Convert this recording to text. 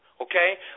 okay